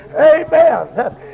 Amen